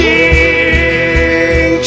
King